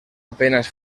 apenas